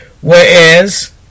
Whereas